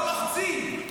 אתם לא לוחצים על כלום.